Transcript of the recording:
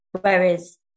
Whereas